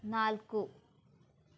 ನಾಲ್ಕು